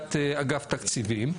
נציגת אגף תקציבים,